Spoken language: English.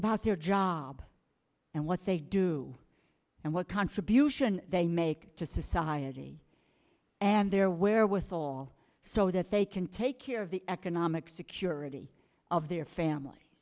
about their job and what they do and what contribution they make to society and their wherewithal so that they can take care of the economic security of their family